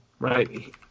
Right